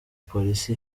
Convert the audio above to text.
polisi